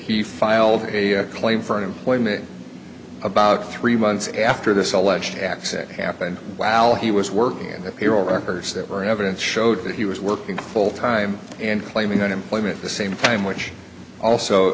he filed a claim for unemployment about three months after this alleged accident happened while he was working on the payroll records that were evidence showed that he was working full time and claiming unemployment the same time which also